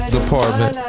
Department